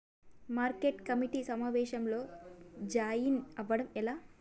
Market committee సమావేశంలో join అవ్వడం ఎలా?